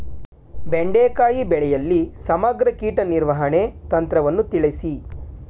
ಬೆಂಡೆಕಾಯಿ ಬೆಳೆಯಲ್ಲಿ ಸಮಗ್ರ ಕೀಟ ನಿರ್ವಹಣೆ ತಂತ್ರವನ್ನು ತಿಳಿಸಿ?